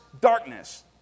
darkness